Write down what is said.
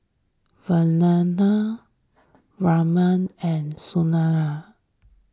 Vandana Ramdev and Sunderlal